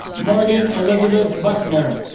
morgan elizabeth buckner